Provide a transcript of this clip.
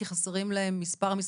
כי חסרים להם מספר מסמכים?